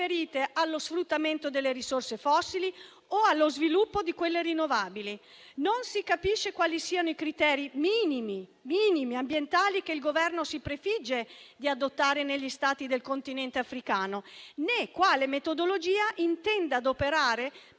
allo sfruttamento delle risorse fossili o allo sviluppo di quelle rinnovabili. Non si capisce quali siano i criteri minimi ambientali che il Governo si prefigge di adottare negli Stati del Continente africano, né quale metodologia intenda adoperare per